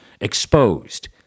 exposed